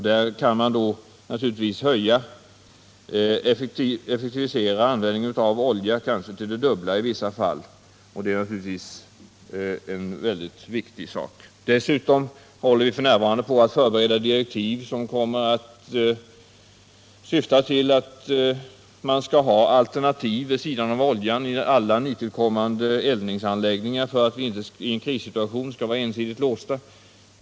Där kan man effektivisera användningen av olja, kanske till det dubbla i vissa fall, och det är naturligtvis en väldigt viktig sak. Dessutom håller vi f. n. på att förbereda direktiv, som syftar till att vi skall ha alternativ vid sidan av oljan i nytillkommande eldningsanläggningar för att vi inte i en krissituation skall vara ensidigt låsta.